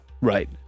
Right